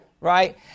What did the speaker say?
right